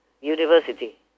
university